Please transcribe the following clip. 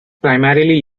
primarily